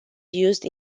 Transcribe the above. used